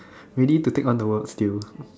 ready to take on the world still